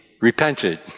repented